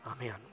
Amen